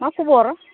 मा खबर